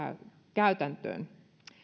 käytäntöön